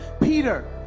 peter